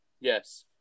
Yes